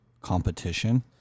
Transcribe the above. competition